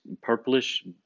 purplish